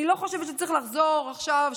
אני לא חושבת שצריך לחזור עכשיו,